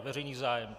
Veřejný zájem.